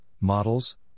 models